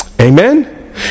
Amen